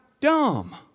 dumb